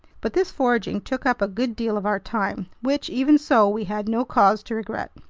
but this foraging took up a good deal of our time, which, even so, we had no cause to regret.